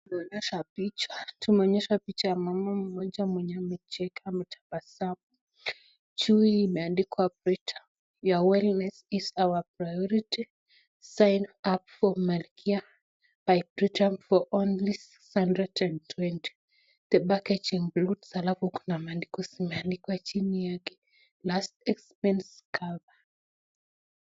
Tunayoonyeshwa picha ya mama mwenye tababasamu juu imeandikwa 'your wellness is our priority sign up for mayovibritam for 620 the packaging includes' Alafu Kuna maandiko zimeandikwa chini yake 'last expense cover'.